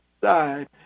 side